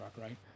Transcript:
right